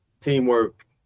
teamwork